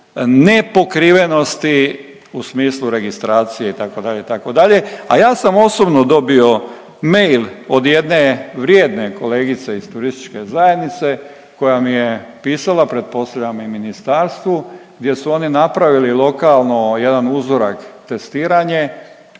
ne pokrivenosti u smislu registracije, itd., itd., a ja sam osobno dobio mail od jedne vrijedne kolegice iz turističke zajednice koja mi je pisala, pretpostavljam i ministarstvu, gdje su oni napravili lokalno jedan uzorak, testiranje